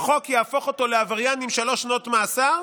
חוק יהפוך אותו לעבריין עם שלוש שנות מאסר,